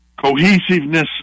cohesiveness